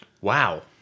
Wow